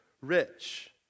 rich